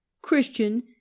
christian